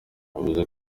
yavuze